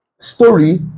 story